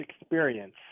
Experience